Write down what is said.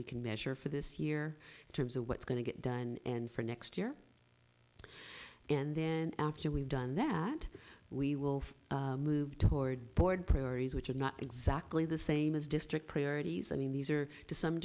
we can measure for this year in terms of what's going to get done and for next year and then after we've done that we will move toward board priorities which are not exactly the same as district priorities i mean these are to some